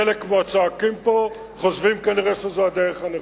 וחלק מהצועקים פה חושבים כנראה שזו הדרך הנכונה.